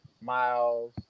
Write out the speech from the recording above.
Miles